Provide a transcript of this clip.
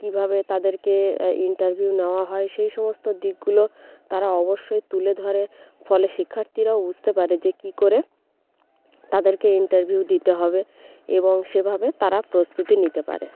কীভাবে তাদেরকে ইন্টারভিউ নেওয়া হয় সেই সমস্ত দিকগুলো তারা অবশ্যই তুলে ধরে ফলে শিক্ষার্থীরাও বুঝতে পারে যে কী করে তাদেরকে ইন্টারভিউ দিতে হবে এবং সেভাবে তারা প্রস্তুতি নিতে পারে